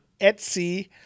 Etsy